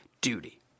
duty